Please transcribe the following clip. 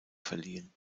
verliehen